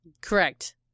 Correct